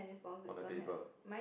on the table